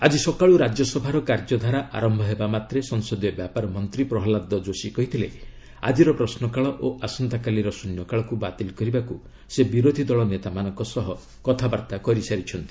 ଆଜିସକାଳୁ ରାଜ୍ୟସଭାର କାର୍ଯ୍ୟଧାରା ଆରମ୍ଭ ହେବା ମାତ୍ରେ ସଂସଦୀୟ ବ୍ୟାପାର ମନ୍ତ୍ରୀ ପ୍ରହ୍ଲାଦ ଯୋଶୀ କହିଥିଲେ ଆକିର ପ୍ରଶ୍ନକାଳ ଓ ଆସନ୍ତାକାଲିର ଶୃନ୍ୟକାଳକୁ ବାତିଲ କରିବାକୁ ସେ ବିରୋଧୀଦଳ ନେତାମାନଙ୍କ ସହ କଥାବାର୍ତ୍ତା କରିସାରିଛନ୍ତି